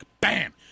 bam